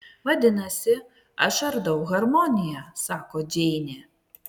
vadinasi aš ardau harmoniją sako džeinė